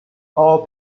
all